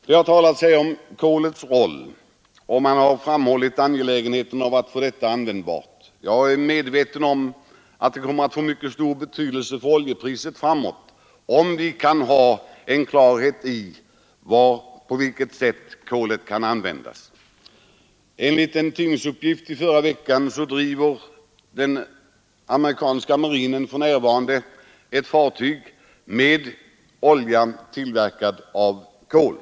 Här har talats om kolets roll, och man har framhållit angelägenheten av att få kolet användbart. Jag är medveten om att det kommer att få mycket stor betydelse för oljepriset framöver, om vi får klarhet i på vilket sätt kolet kan användas. Enligt en tidningsuppgift i förra veckan driver den amerikanska marinen för närvarande ett fartyg med olja, tillverkat av kol.